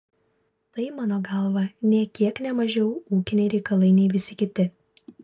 tai mano galva nė kiek ne mažiau ūkiniai reikalai nei visi kiti